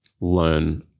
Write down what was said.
learn